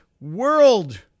world